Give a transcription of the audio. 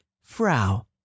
Frau